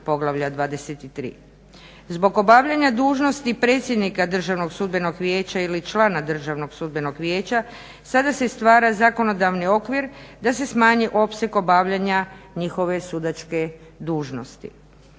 Zbog obavljanja dužnosti predsjednika Državnog sudbenog vijeća ili člana Državnom sudbenom vijeća sada se stvara zakonodavni okvir da se smanji opseg obavljanja njihove sudačke dužnosti.